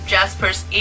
Jasper's